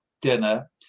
dinner